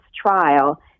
trial